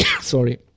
Sorry